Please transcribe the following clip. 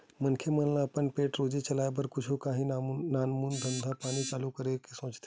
मनखे मन ल अपन पेट रोजी चलाय बर कुछु काही नानमून धंधा पानी चालू करे के सोचथे